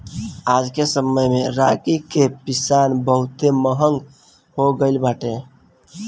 आजके समय में रागी के पिसान बहुते महंग हो गइल बाटे